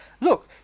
look